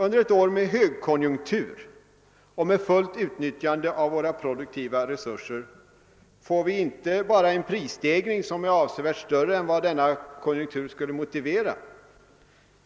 Under ctt år med högkonjunktur och med fullt utnyttjande av våra produktiva resurser får vi inte bara en prisstegring som är avsevärt större än denna konjunktur skulle motivera.